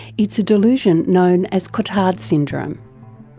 it's a delusion known as cotard's syndrome.